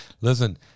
listen